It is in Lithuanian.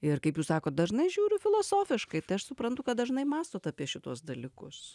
ir kaip jūs sakot dažnai žiūriu filosofiškai tai aš suprantu kad dažnai mąstot apie šituos dalykus